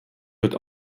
wird